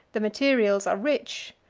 the materials are rich,